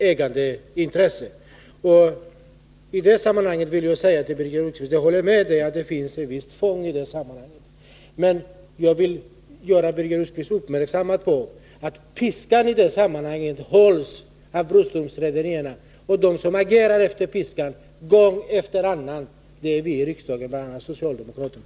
Jag håller med Birger Rosqvist om att det finns ett visst tvång i detta sammanhang. Men jag vill göra Birger Rosqvist uppmärksam på att piskan hålls av Broströms Rederi AB, medan de som agerar efter piskan gång efter annan är vi i riksdagen, bl.a. socialdemokraterna.